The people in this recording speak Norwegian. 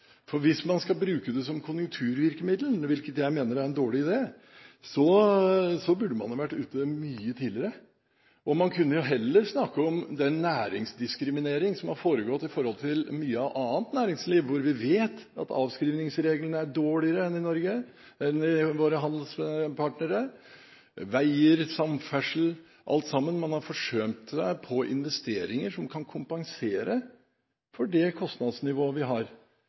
arbeid. Hvis man skal bruke det som konjunkturvirkemiddel, hvilket jeg mener er en dårlig idé, burde man vært ute mye tidligere. Man kunne heller snakke om den næringsdiskriminering som har foregått i forhold til mye annet næringsliv. Vi vet at avskrivningsreglene er dårligere enn hos våre handelspartnere, veier, samferdsel, alt sammen – man har forsømt investeringer som kan kompensere for det kostnadsnivået vi har.